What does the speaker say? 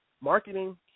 marketing